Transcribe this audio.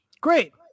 Great